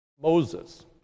Moses